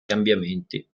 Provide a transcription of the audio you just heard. cambiamenti